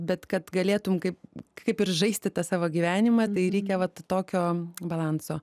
bet kad galėtum kaip kaip ir žaisti tą savo gyvenimą tai reikia vat tokio balanso